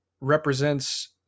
represents